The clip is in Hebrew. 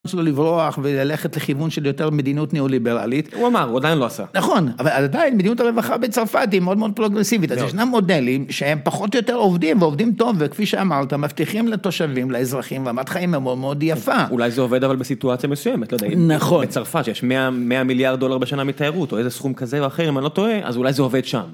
לברוח וללכת לכיוון של יותר מדינות נאו-ליברלית. הוא אמר, הוא עדיין לא עשה. נכון, אבל עדיין מדינות הרווחה בצרפת היא מאוד מאוד פרוגרסיבית, אז ישנם מודלים שהם פחות או יותר עובדים, ועובדים טוב, וכפי שאמרת, מפתיחים לתושבים, לאזרחים רמת חיים הם מאוד מאוד יפה. אולי זה עובד אבל בסיטואציה מסוימת, לא יודעים. נכון. בצרפת שיש 100 מיליארד דולר בשנה מתיירות, או איזה סכום כזה או אחר, אם אני לא טועה, אז אולי זה עובד שם.